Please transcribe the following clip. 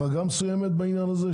נעשה החרגה מסוימת בעניין הזה,